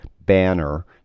banner